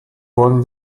wollen